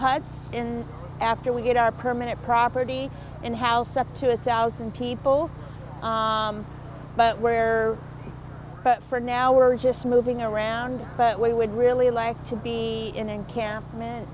huts and after we get our permanent property and house up to a thousand people but where but for now we're just moving around but we would really like to be in and kampm